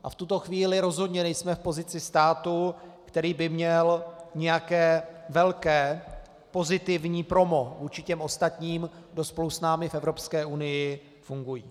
V tuto chvíli rozhodně nejsme v pozici státu, který by měl nějaké velké pozitivní promo vůči těm ostatním, kdo spolu s námi v Evropské unii fungují.